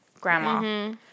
grandma